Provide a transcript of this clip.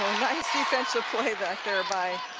nice defensive play back there by